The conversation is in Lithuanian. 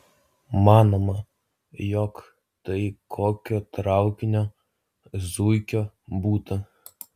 manoma jog tai kokio traukinio zuikio būta